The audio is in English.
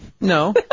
No